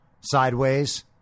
sideways